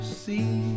see